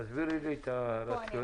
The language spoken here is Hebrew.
תסביר לי את הרציונל.